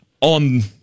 on